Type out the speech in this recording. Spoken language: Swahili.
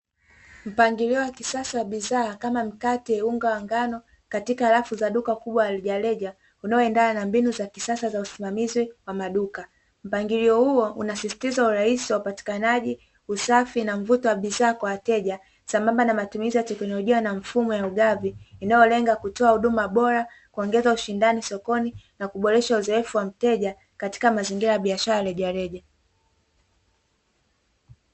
Mpangilio wa kisasa bidhaa kama mkate, unga wa ngano katika rafu za duka kubwa la rejareja, unaoendana na mbinu za kisasa za usimamizi wa maduka mpangilio huo unasisitiza uraisi wa upatikanaji usafi na mvuto wa bidhaa kwa wateja sambamba na matumizi ya teknolojia na mfumo ya ugavi inayolenga kutoa huduma bora kuongeza ushindani sokoni, na kuboresha uzoefu wa mteja katika mazingira ya biashara ya rejareja.